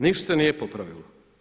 Ništa se nije popravilo.